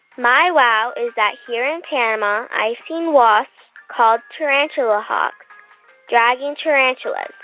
my wow is that here in panama, i've seen wasps called tarantula hawks dragging tarantulas.